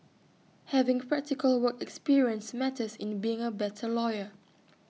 having practical work experience matters in being A better lawyer